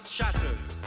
shatters